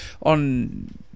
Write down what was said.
on